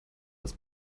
als